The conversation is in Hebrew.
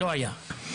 לא היה.